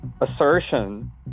assertion